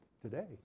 today